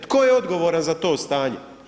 Tko je odgovoran za to stanje?